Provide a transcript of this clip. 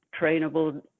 trainable